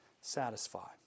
satisfy